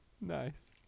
Nice